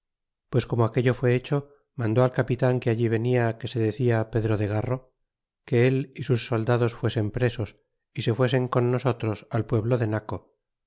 pues como aquello fué hecho mandó al capitan que allí venia que se decia pedro de gano que él y sus soldados fuesen presos y se fuesen con nosotros al pueblo de naco